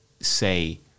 say